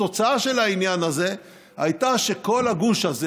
התוצאה של העניין הזה הייתה שכל הגוש הזה